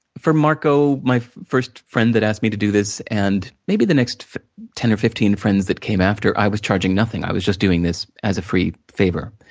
for marco, my first friend that asked me to do this, and maybe the next ten to fifteen friends that came after, i was charging nothing, i was just doing this as a free favor,